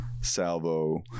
salvo